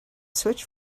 switch